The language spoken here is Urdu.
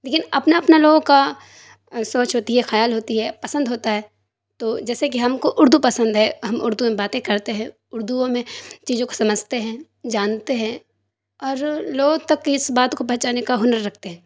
لیکن اپنا اپنا لوگوں کا سوچ ہوتی ہے خیال ہوتی ہے پسند ہوتا ہے تو جیسے کہ ہم کو اردو پسند ہے ہم اردو میں باتیں کرتے ہیں اردو ہمیں چیزوں کو سمجھتے ہیں جانتے ہیں اور لوگوں تک اس بات کو پہنچانے کا ہنر رکتھے ہیں